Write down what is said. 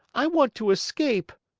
i want to escape.